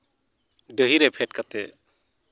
ᱰᱟᱹᱦᱤ ᱨᱮ ᱯᱷᱮᱰ ᱠᱟᱛᱮᱫ